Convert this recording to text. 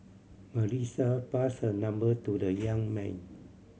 Melissa passed her number to the young man